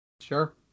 Sure